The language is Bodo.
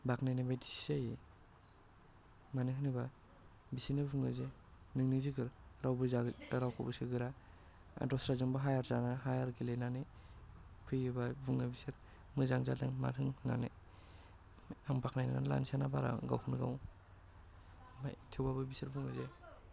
बाखनायनाय बायदिसो जायो मानो होनोबा बिसोरनो बुङो जे नोंनो जोगोर रावबोखौबो सोहरा आरो दस्रांजोंबो हायार गेलेनानै फैयोबा बुङो बिसोर मोजां जादों मादों होननानै आं बाखनायनानै लानोसैना गावखौनो गाव ओमफ्राय थेवबाबो बिसोर बुङो जे